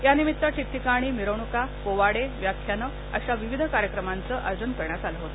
यानिमित्त ठीकठिकाणी मिरवणूका पोवाडे व्याख्याने अशा विविध कार्यक्रमांचे आयोजन करण्यात आलं होते